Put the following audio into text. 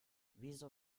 wieso